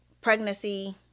pregnancy